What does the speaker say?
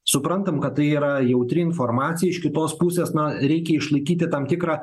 suprantam kad tai yra jautri informacija iš kitos pusės na reikia išlaikyti tam tikrą